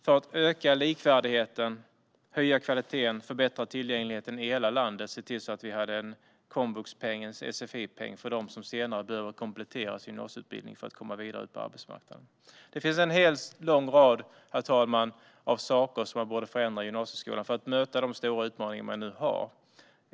För att öka likvärdigheten, höja kvaliteten och förbättra tillgängligheten i landet borde vi ha en komvuxpeng och en sfi-peng för dem som senare behöver komplettera sin gymnasieutbildning för att komma vidare ut på arbetsmarknaden. Herr talman! Det finns en lång rad saker som vi borde förändra i gymnasieskolan för att möta de stora utmaningar vi har.